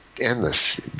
endless